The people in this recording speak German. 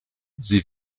sie